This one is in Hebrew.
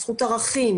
בזכות ערכים,